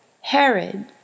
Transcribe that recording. Herod